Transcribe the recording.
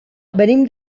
venim